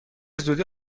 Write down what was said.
زودی